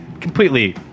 completely